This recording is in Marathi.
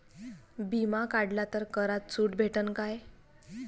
बिमा काढला तर करात सूट भेटन काय?